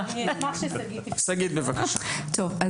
טוב,